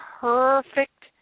perfect